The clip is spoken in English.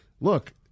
look